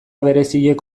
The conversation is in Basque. bereziek